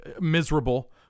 miserable